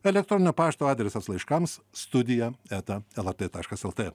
elektroninio pašto adresas laiškams studija eta lrt taškas lt